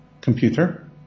computer